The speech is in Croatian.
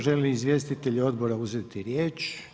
Želi li izvjestitelj odbora uzeti riječ?